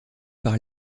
par